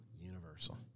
universal